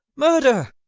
murder!